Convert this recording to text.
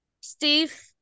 Steve